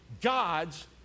God's